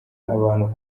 abantu